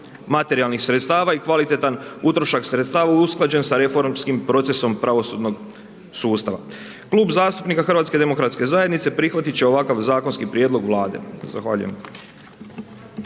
materijalnih sredstava i kvalitetan utrošak sredstava usklađen sa reformskim procesom pravosudnog sustava. Klub zastupnika HDZ-a prihvatit će ovakav Zakonski prijedlog Vlade. Zahvaljujem.